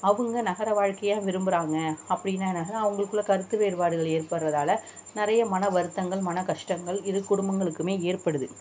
அவங்க நகர வாழ்க்கையை விரும்புகிறாங்க அப்படின்னுனாக்கா அவங்களுக்குள்ள கருத்து வேறுபாடுகள் ஏற்படுறதால நிறையா மன வருத்தங்கள் மன கஷ்டங்கள் இரு குடும்பங்களுக்குமே ஏற்படுது